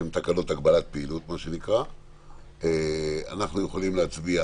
שהן תקנות להגבלת פעילות אנחנו יכולים להצביע